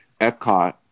Epcot